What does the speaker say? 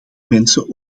mensen